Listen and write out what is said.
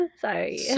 Sorry